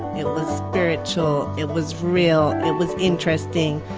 it was spiritual, it was real, it was interesting,